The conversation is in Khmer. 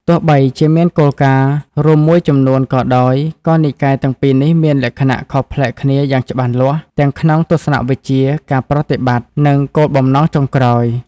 ទោះបីជាមានគោលការណ៍រួមមួយចំនួនក៏ដោយ ក៏និកាយទាំងពីរនេះមានលក្ខណៈខុសប្លែកគ្នាយ៉ាងច្បាស់លាស់ ទាំងក្នុងទស្សនៈវិជ្ជា ការប្រតិបត្តិ និងគោលបំណងចុងក្រោយ។